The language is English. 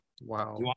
Wow